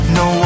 no